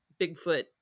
Bigfoot